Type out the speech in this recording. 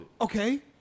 okay